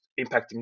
impacting